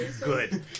good